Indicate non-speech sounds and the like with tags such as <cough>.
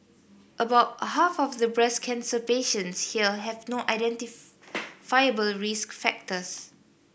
about half of the breast cancer patients here have no <unintelligible> risk factors